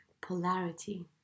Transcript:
polarity